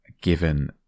given